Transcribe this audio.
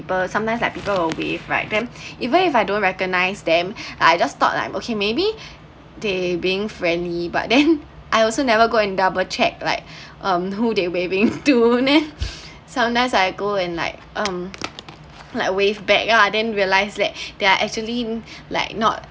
sometimes like people will wave right then even if I don't recognise them I just thought like okay maybe they being friendly but then I also never go and double check like um who they waving to sometime I go and like um like wave back lah then I realised that they are actually like not